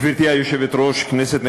גברתי היושבת-ראש, כנסת נכבדה,